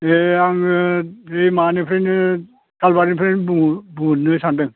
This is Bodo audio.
ए आङो बे माबानिफ्रायनो सालबारिनिफ्राय बुंहरनो सानदों